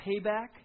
payback